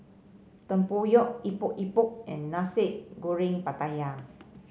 tempoyak Epok Epok and Nasi Goreng Pattaya